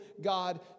God